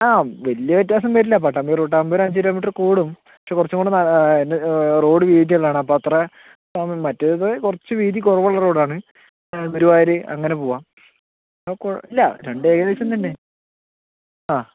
ആ വലിയ വ്യത്യാസം വരില്ല പട്ടാമ്പി റൂട്ടാവുമ്പോൾ ഒരു അഞ്ച് കിലോമീറ്ററ് കൂടും കുറച്ചുംകൂടെ റോഡ് വീതിയുള്ളതാണ് അപ്പോൾ അത്ര മറ്റേത് കുറച്ച് വീതി കുറവുള്ള റോഡാണ് ഗുരുവായൂര് അങ്ങനെ പോകാം കൊഴ ഇല്ല രണ്ടും ഏകദേശം തന്നെ ആ